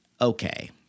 okay